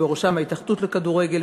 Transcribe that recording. ובראשם ההתאחדות לכדורגל,